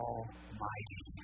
Almighty